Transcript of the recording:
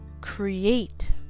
create